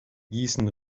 gießen